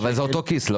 אבל זה אותו כיס.